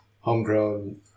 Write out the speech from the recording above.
homegrown